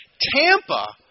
Tampa